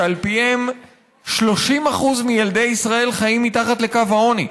שעל פיהם 30% מילדי ישראל חיים מתחת לקו העוני,